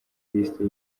lisiti